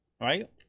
Right